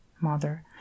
mother